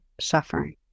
suffering